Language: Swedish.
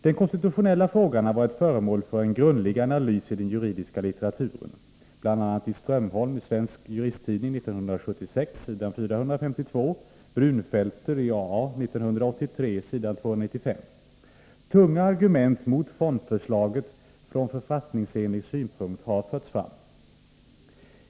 Den konstitutionella frågan har varit föremål för en grundlig analys i den juridiska litteraturen, bl.a. Strömholm i Svensk Juristtidning 1976 s. 452 och Brunfelter i a.a. 1983 s. 295. Tunga argument mot fondförslaget från författningsenlighetssynpunkt har förts fram.